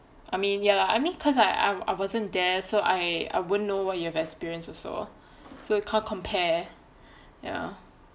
I mean ya I mean cause I wasn't there so I won't know what you have experienced also so can't compare ya